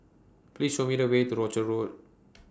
Please Show Me The Way to Rochor Road